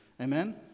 Amen